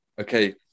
Okay